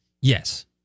Yes